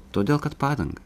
todėl kad padangą